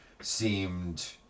seemed